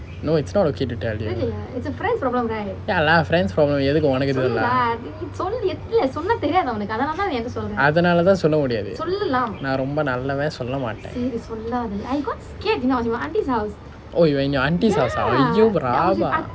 no it's not okay to tell you ya lah friends problem எதுக்கு உனக்கு சொல்லணும் அதனால தான் சொல்ல முடியாது நான் ரொம்ப நல்லவன் சொல்ல மாட்டேன்:ethukku unakku sollanum athanala thaan solla mudiyaathu naan romba nallavan solla maaten oh you were in your auntie's house ah !aiyo! Rama